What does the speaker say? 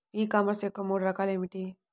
ఈ కామర్స్ యొక్క మూడు రకాలు ఏమిటి?